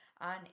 on